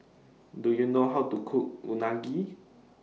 Do YOU know How to Cook Unagi